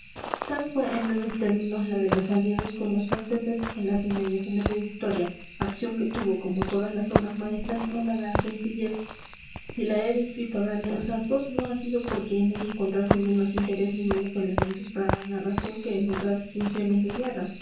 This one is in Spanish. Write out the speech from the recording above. tal fue en breves términos la de los aliados con los franceses en las inmediaciones de vitoria acción que tuvo como todas las obras maestras una gran sencillez si la he descrito a grandes rasgos no ha sido porque en ella encontrase menos interés ni menos elementos para la narración que en otras funciones de guerra